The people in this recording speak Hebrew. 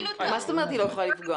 מה זאת אומרת היא לא יכולה לפגוע?